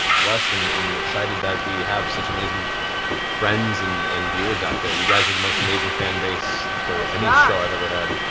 blessed and excited that we have such amazing friends and and viewers out there. you guys are the most amazing fanbase for any ah show i've ever had.